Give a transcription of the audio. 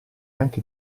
anche